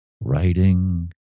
writing